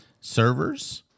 servers